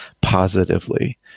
positively